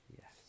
Yes